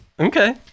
Okay